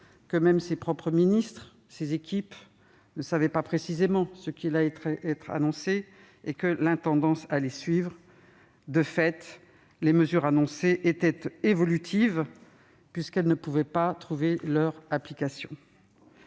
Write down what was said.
que même ses propres ministres, ses équipes ne savaient pas précisément ce qui allait être annoncé, l'intendance suivant. De fait, les mesures annoncées étaient évolutives, puisqu'elles ne pouvaient pas trouver leur application.